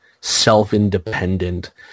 self-independent